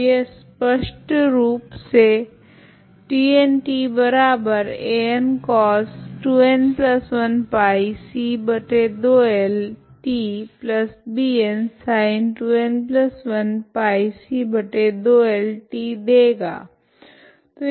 तो यह स्पष्टरूप से देगा